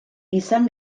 izan